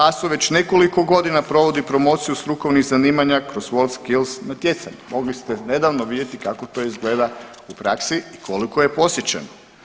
ASO već nekoliko godina provodi promociju strukovnih zanimanja kroz Worldskills natjecanja, mogli ste nedavno vidjeti kako to izgleda u praksi i koliko je posjećeno.